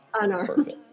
Unarmed